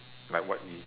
like what you